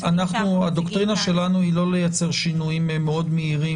הדוקטרינה שלנו היא לא לייצר שינויים מאוד מהירים